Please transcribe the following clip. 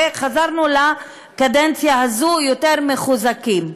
וחזרנו לקדנציה הזאת יותר מחוזקים.